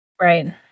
right